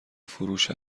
فروش